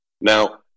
Now